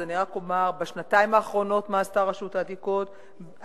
אני רק אומר מה עשתה רשות העתיקות בשנתיים